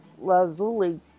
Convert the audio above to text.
Lazuli